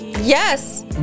Yes